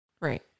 Right